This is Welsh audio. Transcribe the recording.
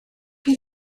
chi